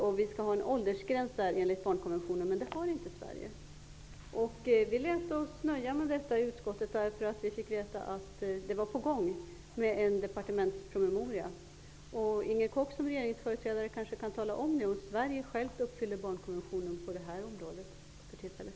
Man skall enligt barnkonventionen tillämpa en åldersgräns, men det gör inte Sverige. Vi lät oss nöja med detta i utskottet, därför att vi fick veta att en departementspromemoria var på gång. Inger Koch kan kanske som majoritetsföreträdare tala om huruvida Sverige efterlever barnkonventionen på detta område för tillfället.